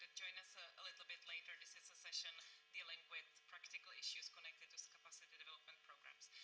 joined us ah a little bit later. this is a session dealing with practical issues connected with capacity development programs.